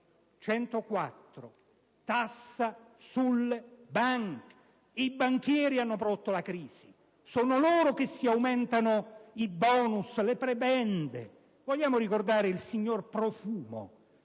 la tassa sulle banche. I banchieri hanno prodotto la crisi e sono loro che si aumentano i *bonus* e le prebende. Vogliamo ricordare il signor Profumo,